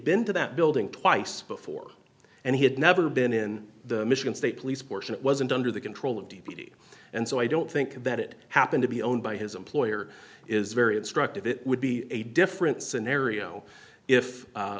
been to that building twice before and he had never been in the michigan state police force and it wasn't under the control of deputy and so i don't think that it happened to be owned by his employer is very instructive it would be a different scenario if